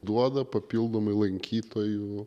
duoda papildomai lankytojų